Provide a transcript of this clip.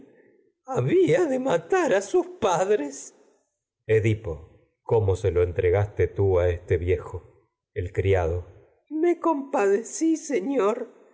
había de matar a sus padres se edipo y cómo el lo lo entregaste tú ageste viejo que criado me tierra compadepí señor